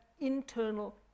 internal